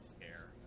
care